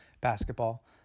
basketball